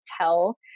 tell